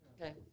Okay